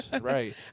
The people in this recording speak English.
right